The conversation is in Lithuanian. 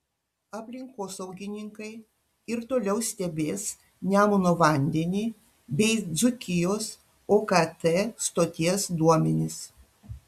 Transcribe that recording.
aplinkosaugininkai ir toliau stebės nemuno vandenį bei dzūkijos okt stoties duomenis